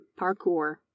Parkour